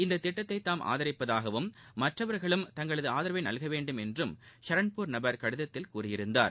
இந்த திட்டத்தை தாம் ஆதரிப்பதாகவும் மற்றவர்களும் தங்களது ஆதரவை நல்கவேண்டும் என்றும் ஷரண்பூர் நபர் கடிதத்தில் கூறியிருந்தார்